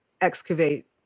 excavate